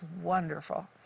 wonderful